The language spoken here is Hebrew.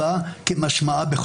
איפה?